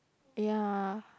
ya